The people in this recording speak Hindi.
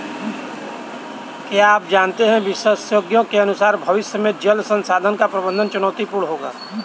क्या आप जानते है विशेषज्ञों के अनुसार भविष्य में जल संसाधन का प्रबंधन चुनौतीपूर्ण होगा